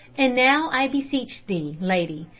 and now i beseech thee, lady,